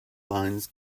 lines